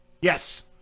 Yes